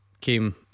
came